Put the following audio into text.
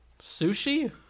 Sushi